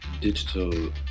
digital